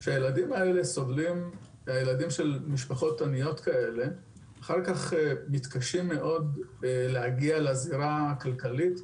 שהילדים של משפחות עניות כאלה אחר כך מתקשים מאוד להגיע לזירה הכלכלית,